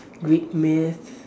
Greek myth